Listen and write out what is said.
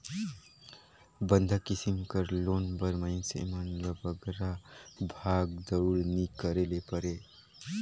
बंधक किसिम कर लोन बर मइनसे मन ल बगरा भागदउड़ नी करे ले परे